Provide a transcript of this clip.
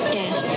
yes